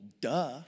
duh